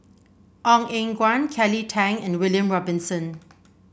Ong Eng Guan Kelly Tang and William Robinson